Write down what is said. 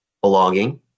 Belonging